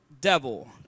devil